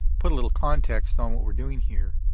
put a little context on what we're doing here,